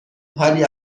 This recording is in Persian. حالی